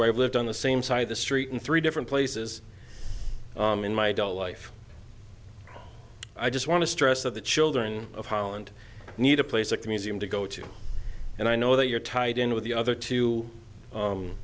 where i've lived on the same side of the street in three different places in my adult life i just want to stress that the children of holland need a place like the museum to go to and i know that you're tied in with the other two